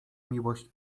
miłość